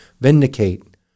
vindicate